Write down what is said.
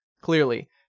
Clearly